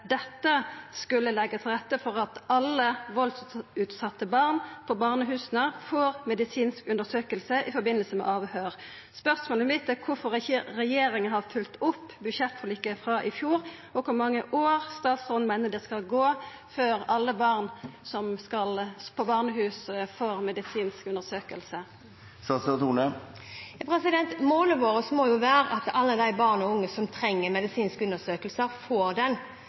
dette skulle leggja til rette for at alle valdutsette barn på barnehusa får medisinsk undersøking i forbindelse med avhøyr. Spørsmålet mitt er kvifor ikkje regjeringa har følgd opp budsjettforliket frå i fjor, og kor mange år meiner statsråden det skal gå før alle barn på barnehus får medisinsk undersøking? Målet vårt må være at alle de barn og unge som trenger medisinsk undersøkelse, får